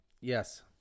Yes